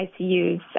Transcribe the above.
ICUs